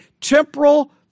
temporal